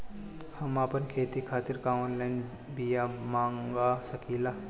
हम आपन खेती खातिर का ऑनलाइन बिया मँगा सकिला?